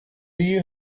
you